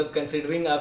Considering